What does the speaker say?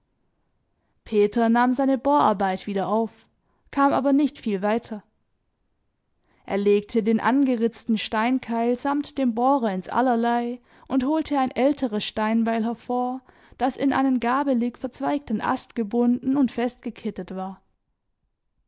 peter nahm seine bohrarbeit wieder auf kam aber nicht viel weiter er legte den angeritzten steinkeil samt dem bohrer ins allerlei und holte ein älteres steinbeil hervor das in einen gabelig verzweigten ast gebunden und festgekittet war